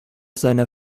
seiner